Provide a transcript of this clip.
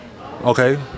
Okay